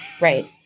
Right